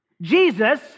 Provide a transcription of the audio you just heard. Jesus